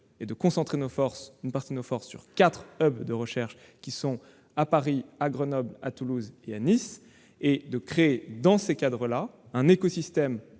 de concentrer une partie de nos forces sur quatre hubs de recherche- Paris, Grenoble, Toulouse et Nice -et de créer, dans ces cadres-là, un écosystème